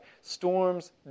storms